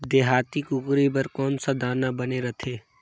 देहाती कुकरी बर कौन सा दाना बने रथे?